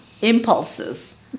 impulses